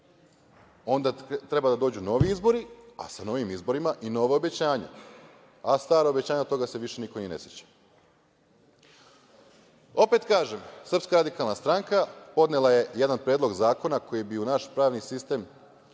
onda treba da dođu novi izbori, a sa novim izborima i nova obećanja, a starih obećanja se više niko ni ne seća. Opet kažem, Srpska radikalna stranka podnela je jedan predlog zakona koji bi u naš pravni sistem,